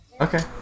Okay